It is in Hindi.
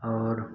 और